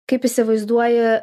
kaip įsivaizduoji